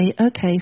okay